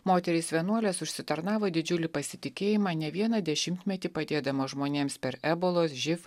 moterys vienuolės užsitarnavo didžiulį pasitikėjimą ne vieną dešimtmetį padėdamas žmonėms per ebolos živ